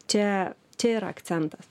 čia čia yra akcentas